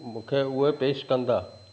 मूंखे उहे पेश कंदा